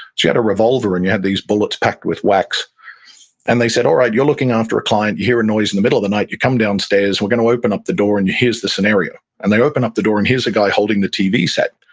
you had a revolver, and you had these bullets packed with wax and they said, all right. you're looking after a client. you hear a noise in the middle of the night. you come downstairs. we're going to open up the door, and here's the scenario. and they open up the door, and here's a guy holding the tv set.